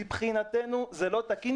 מבחינתנו זה לא תקין,